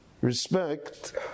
respect